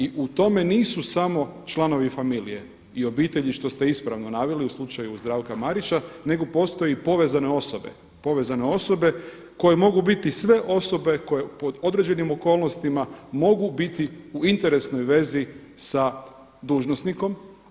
I u tome nisu samo članovi familije i obitelji što ste ispravno naveli u slučaju Zdravka Marića nego postoji povezane osobe, povezane osobe koje mogu biti sve osobe koje pod određenim okolnostima mogu biti u interesnoj vezi sa dužnosnikom.